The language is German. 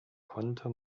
konnte